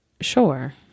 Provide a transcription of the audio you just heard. sure